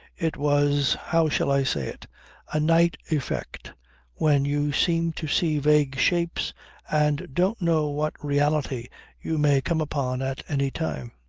it was how shall i say it a night effect when you seem to see vague shapes and don't know what reality you may come upon at any time.